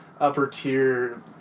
upper-tier